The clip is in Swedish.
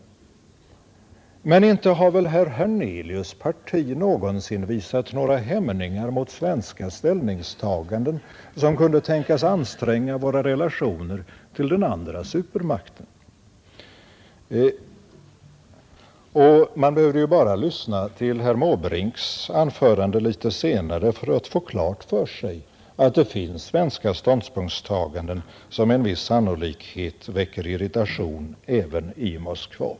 Men inte har väl herr Hernelius' parti någonsin visat några hämningar mot svenska ställningstaganden som kunde anstränga våra relationer till den andra supermakten. Och man behöver ju bara lyssna till herr Måbrinks anförande litet senare för att få klart för sig att det finns svenska ståndpunktstaganden som med en viss sannolikhet väcker irritation även i Moskva.